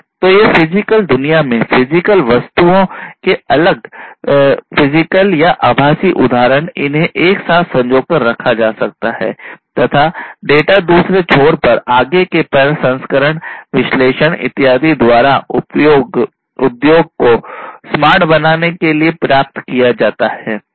तो ये फिजिकल दुनिया में फिजिकल वस्तुओं के अलग फिजिकल या आभासी उदाहरण इन्हें एक साथ संजोकर रखा जा सकता है तथा डेटा दूसरे छोर पर आगे के प्रसंस्करण विश्लेषण इत्यादि द्वारा उद्योग को स्मार्ट बनाने के लिए प्राप्त किया जाता है